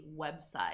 website